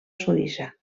suïssa